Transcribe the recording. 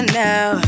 now